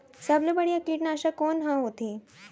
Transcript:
सबले बढ़िया कीटनाशक कोन ह होथे?